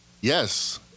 Yes